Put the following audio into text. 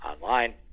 online